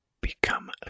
become